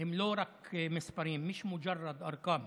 הם לא רק מספרים, (אומר בערבית: